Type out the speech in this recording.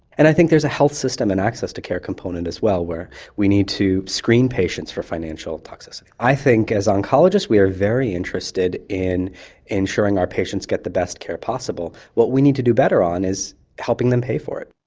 and i think there's a health system and access to care component as well, where we need to screen patients for financial toxicity. i think as oncologists we are very interested in ensuring our patients get the best care possible. what we need to do better on is helping them pay for it.